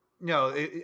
No